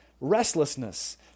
restlessness